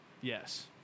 Yes